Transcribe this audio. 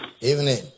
Evening